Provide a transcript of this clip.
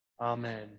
Amen